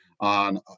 on